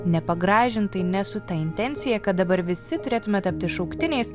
nepagražintai ne su ta intencija kad dabar visi turėtume tapti šauktiniais